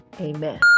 Amen